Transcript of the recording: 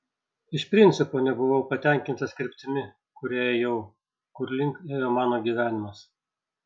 iš principo nebuvau patenkintas kryptimi kuria ėjau kur link ėjo mano gyvenimas